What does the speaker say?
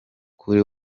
kuri